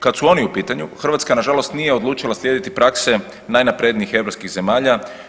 Kad su oni u pitanju Hrvatska na žalost nije odlučila slijediti prakse najnaprednijih europskih zemalja.